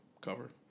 cover